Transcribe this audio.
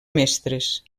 mestres